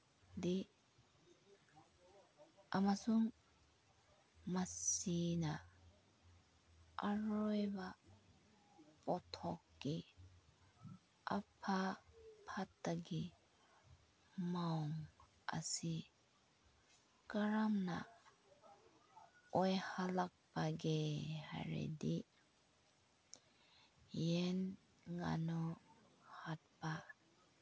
ꯗꯤ ꯑꯃꯁꯨꯡ ꯃꯁꯤꯅ ꯑꯔꯣꯏꯕ ꯄꯣꯠꯊꯣꯛꯀꯤ ꯑꯐ ꯐꯠꯇꯒꯤ ꯃꯑꯣꯡ ꯑꯁꯤ ꯀꯔꯝꯅ ꯑꯣꯏꯍꯜꯂꯛꯄꯒꯦ ꯍꯥꯏꯔꯗꯤ ꯌꯦꯟ ꯉꯥꯅꯨ ꯍꯥꯠꯄ